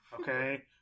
Okay